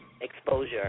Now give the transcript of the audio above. exposure